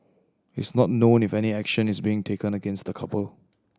it's not known if any action is being taken against the couple